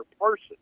person